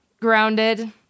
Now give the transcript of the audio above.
grounded